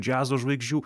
džiazo žvaigždžių